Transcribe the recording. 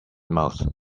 mouth